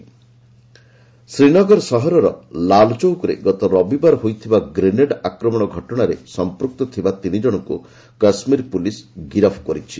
JK arrest Srinagar ସହରର ଲାଲଚୌକରେ ଗତ ରବିବାର ହୋଇଥିବା ଗ୍ରେନେଡ୍ ଆକ୍ରମଣ ଘଟଣାରେ ସମ୍ପୃକ୍ତ ଥିବା ତିନି ଜଣଙ୍କୁ କାଶ୍ମୀର ପୁଲିସ୍ ଗିରଫ୍ କରିଛି